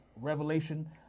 revelation